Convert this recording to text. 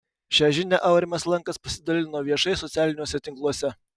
šią žinią aurimas lankas pasidalino viešai socialiniuose tinkluose